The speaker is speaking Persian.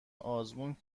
آزمون